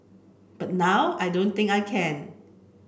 but now I don't think I can